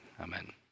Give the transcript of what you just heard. Amen